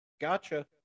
gotcha